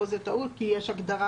פה זה טעות, כי יש הגדרה